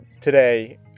today